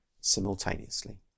simultaneously